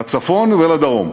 לצפון ולדרום,